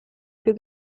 più